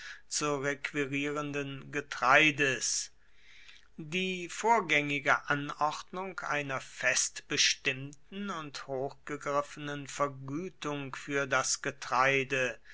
zu requirierenden getreides die vorgängige anordnung einer festbestimmten und hochgegriffenen vergütung für das getreide